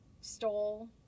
stole